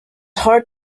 hard